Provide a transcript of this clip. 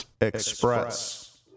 Express